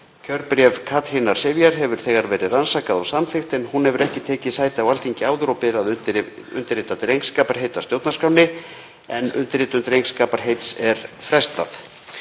Kjörbréf Katrínar Sifjar hefur þegar verið rannsakað og samþykkt en hún hefur ekki tekið sæti á Alþingi áður og ber að undirrita drengskaparheit að stjórnarskránni en undirritun drengskaparheits er frestað.